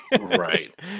Right